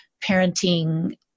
parenting